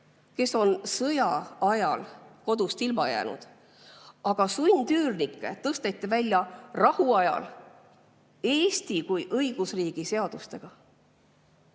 kes on sõja ajal kodust ilma jäänud. Aga sundüürnikke tõsteti välja rahuajal Eesti kui õigusriigi seadustega.